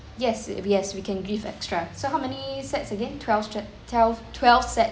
yes yes we can give extra so how many sets again twelve t~ twelve twelve sets